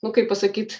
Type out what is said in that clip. nu kaip pasakyt